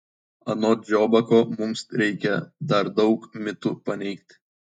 anot žiobako mums reikia dar daug mitų paneigti